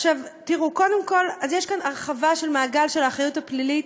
אז יש כאן הרחבה של מעגל האחריות הפלילית,